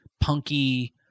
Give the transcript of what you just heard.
punky